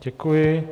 Děkuji.